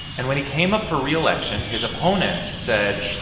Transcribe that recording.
and when he came up for re-election, his opponent said,